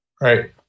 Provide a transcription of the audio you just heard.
right